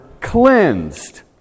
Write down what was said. cleansed